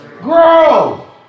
Grow